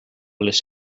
les